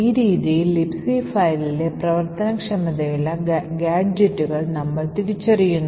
ഈ രീതിയൽ Libc ഫയലിലെ പ്രവർത്തനക്ഷമതയുള്ള ഗാഡ്ജറ്റുകൾ നമ്മൾ തിരിച്ചറിയുന്നു